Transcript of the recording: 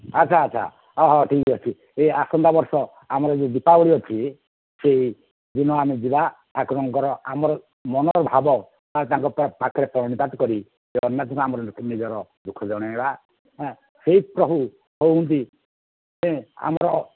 ଆଛା ଆଛା ହଁ ହଁ ଠିକ୍ ଅଛି ଏ ଆସନ୍ତା ବର୍ଷ ଆମର ଏ ଯେଉଁ ଦୀପାବଳି ଅଛି ସେଇ ଦିନ ଆମେ ଯିବା ଠାକୁରଙ୍କର ଆମର ମନର ଭାବ ତାଙ୍କ ପାଖରେ ପ୍ରଣିପାତ କରି ଜଗନ୍ନାଥଙ୍କୁ ଆମର ନିଜର ଦୁଃଖ ଜଣେଇବା ହାଁ ସେଇ ପ୍ରଭୁ ହେଉଛନ୍ତି ଆମର